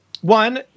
one